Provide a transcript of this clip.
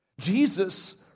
Jesus